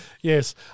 Yes